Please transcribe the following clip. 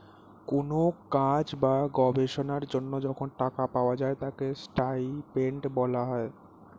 কোন কাজ বা গবেষণার জন্য যখন টাকা পাওয়া যায় তাকে স্টাইপেন্ড বলা হয়